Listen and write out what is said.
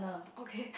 okay